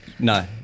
No